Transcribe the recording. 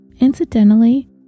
Incidentally